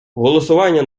голосування